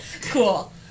cool